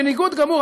בניגוד גמור,